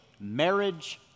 Marriage